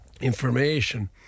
information